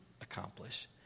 accomplish